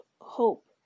hope